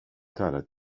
talar